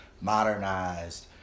modernized